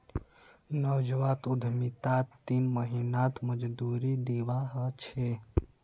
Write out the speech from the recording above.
नवजात उद्यमितात तीन महीनात मजदूरी दीवा ह छे